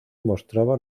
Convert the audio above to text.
mostraba